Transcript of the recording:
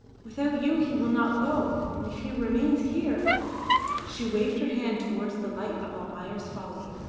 without you he will not go, and if he remains here she waved her hand towards the lights of almayer's folly,